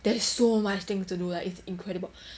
there's so much things to do like it's incredible